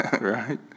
right